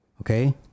okay